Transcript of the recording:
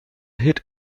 hid